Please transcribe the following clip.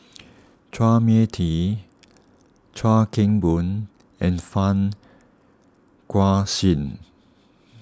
Chua Mia Tee Chuan Keng Boon and Fang Guixiang